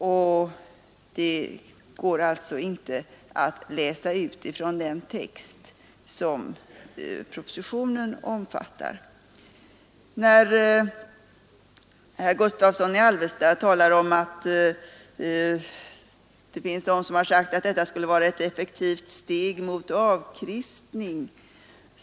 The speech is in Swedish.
Det beror helt enkelt på att något sådant förbud inte finns inskrivet i propositionen. Herr Gustavsson i Alvesta sade att en del har menat att detta förslag skulle vara ett effektivt steg mot avkristning.